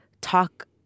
talk